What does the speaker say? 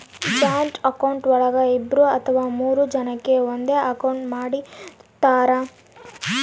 joint account ಒಳಗ ಇಬ್ರು ಅಥವಾ ಮೂರು ಜನಕೆ ಒಂದೇ ಅಕೌಂಟ್ ಮಾಡಿರ್ತರಾ